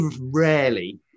rarely